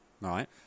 right